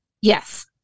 Yes